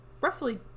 roughly